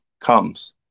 comes